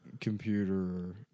computer